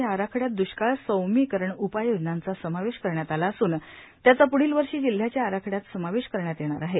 या आराखड्यात दृष्काळ सौम्यीकरण उपाययोजनांचा समावेश करण्यात आला असुन त्याचा पुढील वर्षी जिल्ह्याच्या आराखडयात समाविष्ट करण्यात येणार आहे